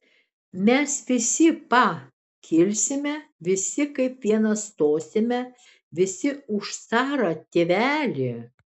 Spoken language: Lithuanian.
mes visi pa kilsime visi kaip vienas stosime visi už carą tėvelį